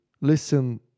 listen